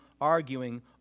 arguing